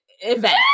event